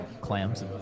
clams